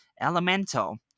Elemental